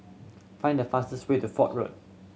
find the fastest way to Fort Road